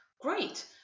Great